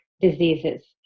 diseases